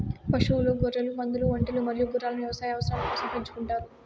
పశువులు, గొర్రెలు, పందులు, ఒంటెలు మరియు గుర్రాలను వ్యవసాయ అవసరాల కోసం పెంచుకుంటారు